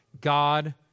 God